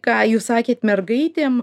ką jūs sakėte mergaitėm